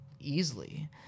easily